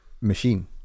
machine